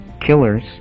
killers